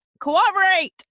cooperate